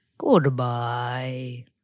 Goodbye